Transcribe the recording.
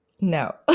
No